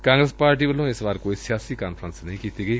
ਕਾਂਗਰਸ ਪਾਰਟੀ ਵੱਲੋਂ ਇਸ ਵਾਰ ਕੋਈ ਸਿਆਸੀ ਕਾਨਫਰੰਸ ਨਹੀਂ ਕੀਤੀ ਗਈ